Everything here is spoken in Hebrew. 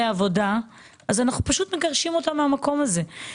עבודה אז אנחנו פשוט מגרשים אותם מן המקום הזה.